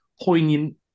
poignant